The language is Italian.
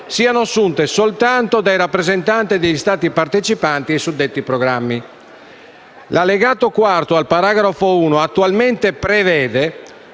siano assunte soltanto dai rappresentanti degli Stati partecipanti ai suddetti programmi. L'Allegato IV, al paragrafo l, attualmente prevede